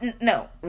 No